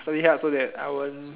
so ya so that I won't